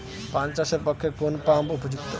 পান চাষের পক্ষে কোন পাম্প উপযুক্ত?